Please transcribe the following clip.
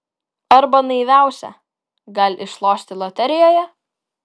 arba naiviausia gal išlošti loterijoje